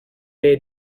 day